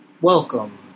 welcome